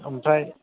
आमफ्राय